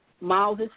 Miles